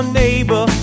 neighbor